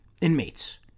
inmates